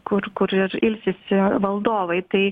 kur kur ir ilsisi valdovai tai